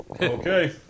okay